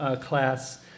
class